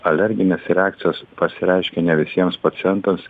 alerginės reakcijos pasireiškia ne visiems pacientams